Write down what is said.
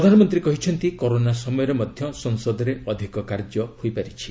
ପ୍ରଧାନମନ୍ତ୍ରୀ କହିଛନ୍ତି କରୋନା ସମୟରେ ମଧ୍ୟ ସଂସଦରେ ଅଧିକ କାର୍ଯ୍ୟ ହୋଇପାରିଛି